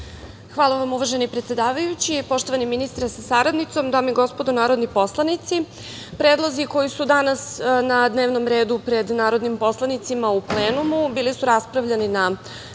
Hvala vam, uvaženi predsedavajući. Poštovani ministre sa saradnicom, dame i gospodo narodni poslanici, predlozi koji su danas na dnevnom redu pred narodnim poslanicima u plenumu bili su raspravljani na